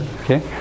okay